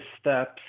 steps